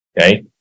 Okay